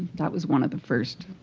that was one of the first